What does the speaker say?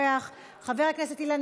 חבר הכנסת ואאל יונס,